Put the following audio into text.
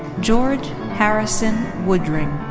george harrison woodring.